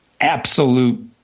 absolute